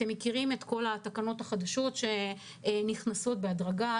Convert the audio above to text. אתם מכירים את כל התקנות החדשות שנכנסות בהדרגה,